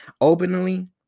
openly